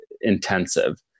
intensive